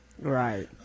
Right